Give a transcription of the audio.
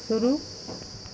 शुरू